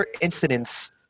incidents